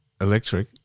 electric